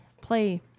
play